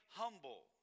humble